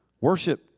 Worship